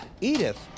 Edith